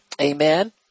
Amen